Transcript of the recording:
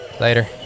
later